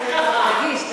תקשיב.